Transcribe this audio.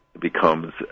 becomes